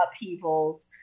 upheavals